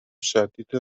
شدید